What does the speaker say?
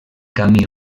camí